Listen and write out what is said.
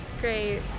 great